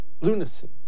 lunacy